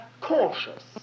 cautious